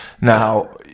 now